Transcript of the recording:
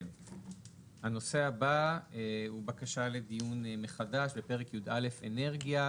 הנושא הבא הוא בקשה לדיון מחדש בפרק י"א אנרגיה,